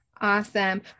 Awesome